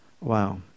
Wow